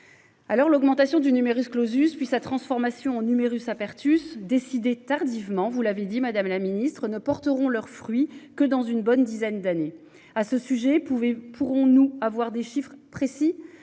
Alors l'augmentation du numerus clausus puis sa transformation numerus apertus décidé tardivement. Vous l'avez dit Madame la Ministre ne porteront leurs fruits que dans une bonne dizaine d'années à ce sujet pouvaient pourrons-nous avoir des chiffres précis